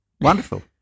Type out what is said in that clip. wonderful